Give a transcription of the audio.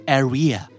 area